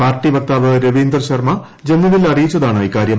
party വക്താവ് രവീന്ദർ ശർമ്മ ജമ്മുവിൽ അറിയിച്ചതാണ് ഇക്കാര്യം